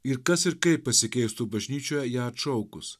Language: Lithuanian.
ir kas ir kaip pasikeistų bažnyčioje ją atšaukus